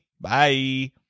Bye